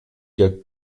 der